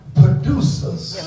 producers